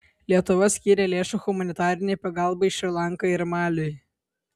lietuva skyrė lėšų humanitarinei pagalbai šri lankai ir maliui